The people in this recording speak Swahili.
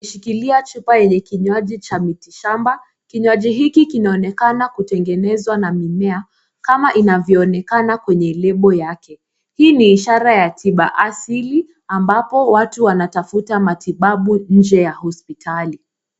Shikilia chupa yenye kinywaji ya miti shamba, kinywaji hiki kinaonekana kutengeneswa na mimea kama inavyoonekana kwenye lebel yake, hii ni ishara ya tiba hasili ambapo watu wanatafuta matibabu nje ya hospitali.